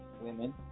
Women